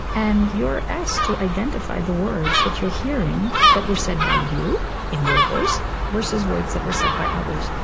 and you're asked to identify the words that you're hearing that were said by you in your voice versus words that were said by others.